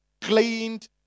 Cleaned